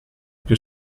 più